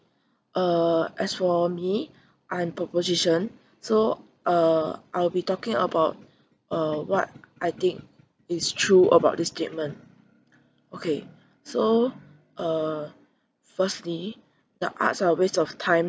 uh as for me I'm proposition so uh I'll be talking about uh what I think is true about this statement okay so uh firstly the arts are a waste of time